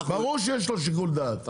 ברור שיש לו שיקול דעת,